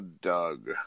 Doug